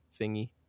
thingy